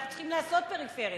אנחנו צריכים לעשות פריפריה.